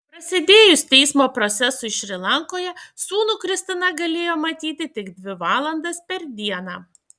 prasidėjus teismo procesui šri lankoje sūnų kristina galėjo matyti tik dvi valandas per dieną